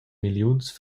milliuns